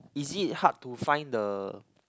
is it hard to find the